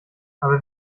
aber